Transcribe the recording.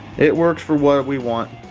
it works for what we want.